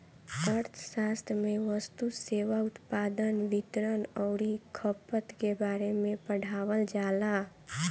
अर्थशास्त्र में वस्तु, सेवा, उत्पादन, वितरण अउरी खपत के बारे में पढ़ावल जाला